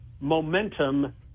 momentum